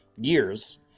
years